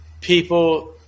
people